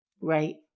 right